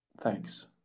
Thanks